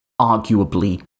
Arguably